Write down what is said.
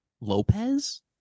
Lopez